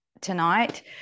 tonight